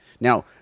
now